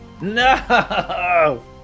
No